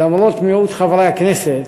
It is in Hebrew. למרות מיעוט חברי הכנסת,